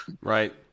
right